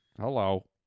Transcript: Hello